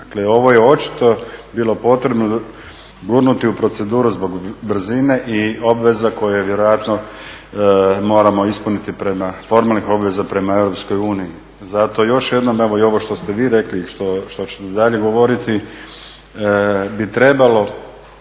Dakle, ovo je očito bilo potrebno gurnuti u proceduru zbog brzine i obveza koje vjerojatno moramo ispuniti prema, formalnih obaveza prema EU. Zato još jednom, evo i ovo što ste vi rekli, i što ćete dalje govoriti bi trebalo